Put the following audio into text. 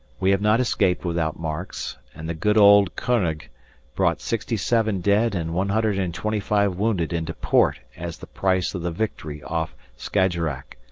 we have not escaped without marks, and the good old konig brought sixty seven dead and one hundred and twenty five wounded into port as the price of the victory off skajerack,